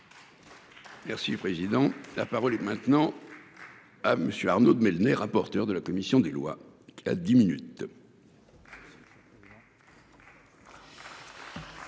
Merci président. La parole est maintenant. Monsieur Arnaud de Belenet, rapporteur de la commission des lois à 10 minutes.